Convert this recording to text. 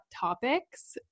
Topics